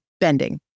bending